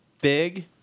Big